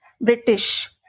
British